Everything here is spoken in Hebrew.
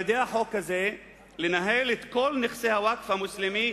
החוק הזה לנהל את כל נכסי הווקף המוסלמי